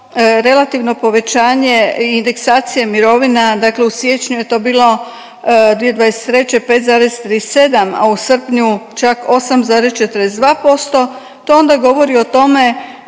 relativno povećanje indeksacije mirovine, dakle u siječnju je to bilo 2023. 5,37 a u srpnju čak 8,42% to onda govori o tome